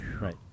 Right